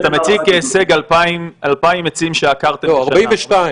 אתה מציג כהישג 2,000 עצים שעקרתם בשנה.